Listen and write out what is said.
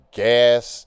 gas